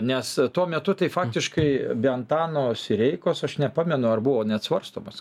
nes tuo metu tai faktiškai be antano sireikos aš nepamenu ar buvo net svarstomas